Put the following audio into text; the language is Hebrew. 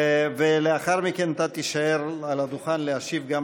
לאחר מכן אתה תישאר על הדוכן להשיב גם